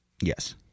Yes